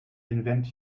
invent